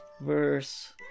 verse